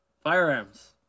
firearms